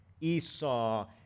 Esau